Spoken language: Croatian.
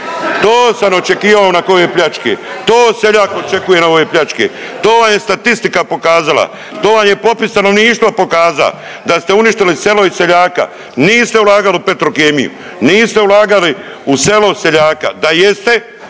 to sam očekivao nakon ove pljačke. To seljak očekuje nakon ove pljačke. To vam je statistika pokazala, to vam je popis stanovništva pokaza da ste uništili selo i seljaka. Niste ulagali u Petrokemiju, niste ulagali u selo i seljaka, da jeste